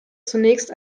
zunächst